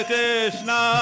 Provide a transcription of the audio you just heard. Krishna